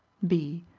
b.